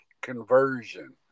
conversion